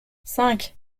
cinq